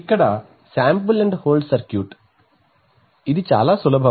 ఇక్కడ sample and hold circuit ఇది చాలా సులభం